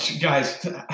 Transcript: Guys